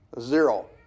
Zero